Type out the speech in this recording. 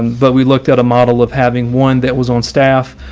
um but we looked at a model of having one that was on staff,